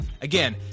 Again